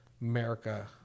America